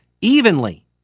evenly